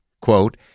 Quote